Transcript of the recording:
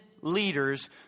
leaders